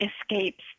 escapes